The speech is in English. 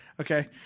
Okay